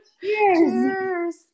Cheers